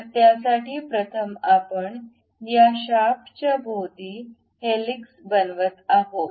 तर त्यासाठी प्रथम आपण या शाफ्टच्या भोवती हेलिक्स बनवत आहोत